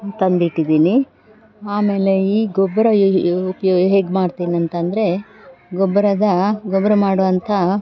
ತಂದಿಟ್ಟಿದ್ದೀನಿ ಆಮೇಲೆ ಈ ಗೊಬ್ಬರ ಉಪ್ಯೋಗ ಹೇಗೆ ಮಾಡ್ತೇನೆ ಅಂತಂದರೆ ಗೊಬ್ಬರದ ಗೊಬ್ಬರ ಮಾಡುವಂಥ